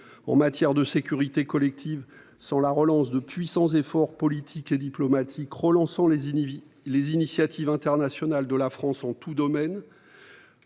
en matière de sécurité collective sans de puissants efforts politiques et diplomatiques visant à relancer les initiatives internationales de la France dans tous les domaines :